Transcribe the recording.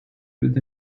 with